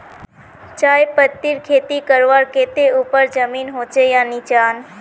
चाय पत्तीर खेती करवार केते ऊपर जमीन होचे या निचान?